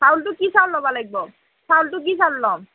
চাউলটো কি চাউল ল'বা লাগব চাউলটো কি চাউল লম